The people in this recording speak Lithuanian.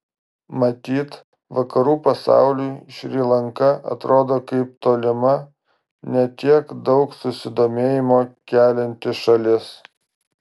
matyt vakarų pasauliui šri lanka atrodo kaip tolima ne tiek daug susidomėjimo kelianti šalis